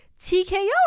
TKO